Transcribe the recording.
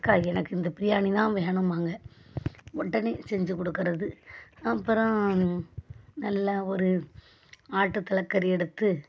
அக்கா எனக்கு இந்த பிரியாணி தான் வேணும்பாங்க உடனே செஞ்சிக் கொடுக்கறது அப்புறோம் நல்லா ஒரு ஆட்டுத்தலை கறி எடுத்து